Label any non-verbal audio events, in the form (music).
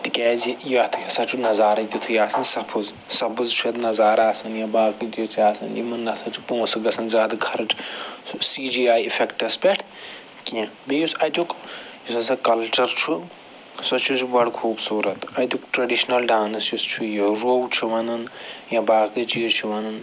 تِکیٛازِ یَتھ ہِسا چھُ نظارَے تیُتھُے آسان سفُز سبٕز چھُ اَتھ نظار آسان یا باقٕے تہِ چھُ آسان یِمَن نَہ سا چھُ پونٛسہٕ گژھان زیادٕ خرچ سُہ سی جی آی اِفٮ۪کٹَس پٮ۪ٹھ کیٚنٛہہ بیٚیہ یُس اَتیُک یُس ہَسا کَلچَر چھُ سُہ (unintelligible) چھُ بڑٕ خوٗبصوٗرت اَتیُک ٹرٛڈِشنَل ڈانٕس یُس چھُ یہِ روٚو چھِ ونان یا باقٕے چیٖز چھُ وَنان